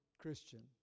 Christian